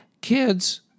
Kids